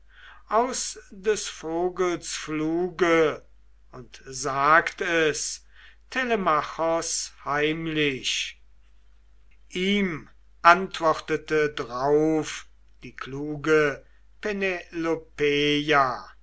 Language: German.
aus des vogels fluge und sagt es telemachos heimlich ihm antwortete drauf die kluge penelopeia